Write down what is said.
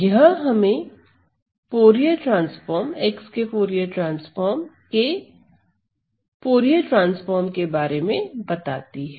यह हमें F के फूरिये ट्रांसफॉर्म के बारे में बताती हैं